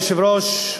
אדוני היושב-ראש,